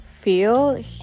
feel